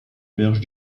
berges